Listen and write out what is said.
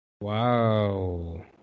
Wow